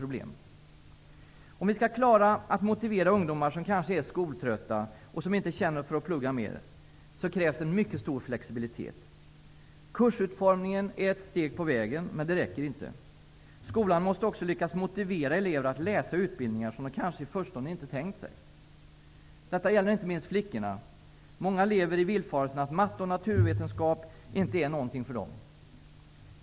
Om vi skall klara av att motivera ungdomar som kanske är skoltrötta och som inte känner för att plugga mer, så krävs en mycket stor flexibilitet. Kursutformningen är ett steg på vägen, men det räcker inte. Skolan måste också lyckas motivera elever att läsa utbildningar som de kanske i förstone inte tänkt sig. Detta gäller inte minst flickorna. Många lever i villfarelsen att matte och naturvetenskap inte är något för dem.